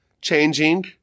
changing